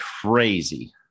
crazy